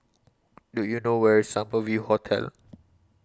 Do YOU know Where IS Summer View Hotel